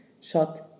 shot